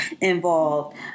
involved